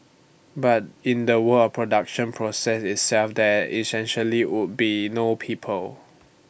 but in the word production process itself there essentially would be no people